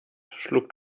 schlug